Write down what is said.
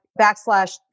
backslash